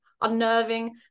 unnerving